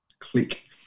click